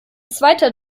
zweiter